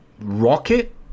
rocket